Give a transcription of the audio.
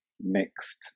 mixed